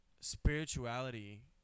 spirituality